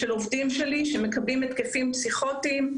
של עובדים שלי שמקבלים התקפים פסיכוטיים.